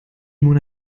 mona